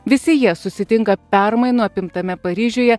visi jie susitinka permainų apimtame paryžiuje